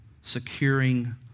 securing